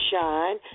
shine